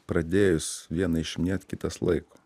pradėjus vieną išiminėt kitas laiko